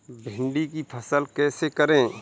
भिंडी की फसल कैसे करें?